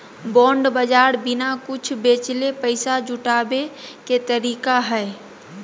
bond बाज़ार बिना कुछ बेचले पैसा जुटाबे के तरीका हइ